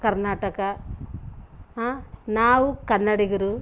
ಕರ್ನಾಟಕ ಹಾಂ ನಾವು ಕನ್ನಡಿಗರು